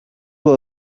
will